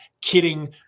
Kidding